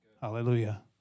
Hallelujah